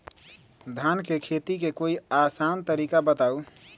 धान के खेती के कोई आसान तरिका बताउ?